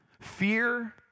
Fear